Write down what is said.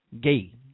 gay